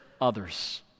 others